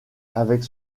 avec